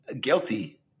guilty